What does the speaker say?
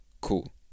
cool